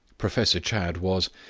professor chadd was,